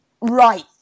right